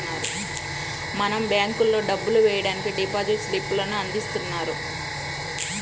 మనం బ్యేంకుల్లో డబ్బులు వెయ్యడానికి డిపాజిట్ స్లిప్ లను అందిస్తున్నారు